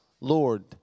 Lord